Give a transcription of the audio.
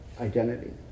identity